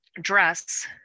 dress